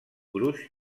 gruix